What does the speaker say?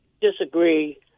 disagree